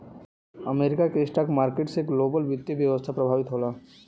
America के stock market से global वित्तीय व्यवस्था प्रभावित होला